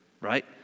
right